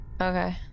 Okay